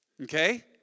Okay